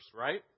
right